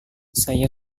saya